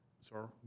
Sir